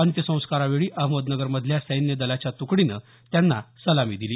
अंत्यसंस्कारावेळी अहमदनगरमधल्या सैन्य दलाच्या तुकडीन त्यांना सलामी दिली